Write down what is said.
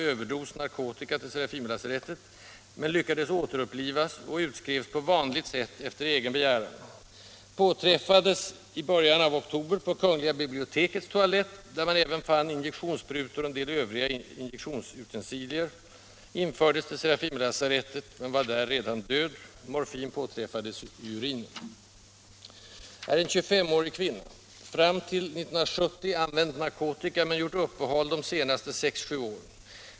Fram till 1970 använt narkotika, men gjort uppehåll de senaste sex sju åren.